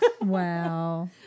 Wow